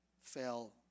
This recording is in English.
fell